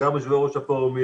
גם יושבי ראש הפורומים,